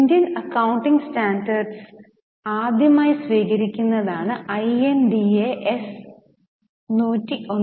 Indian accounting standards ആദ്യമായി സ്വീകരിക്കുന്നതാണ് I N D A S 101